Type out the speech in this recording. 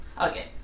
Okay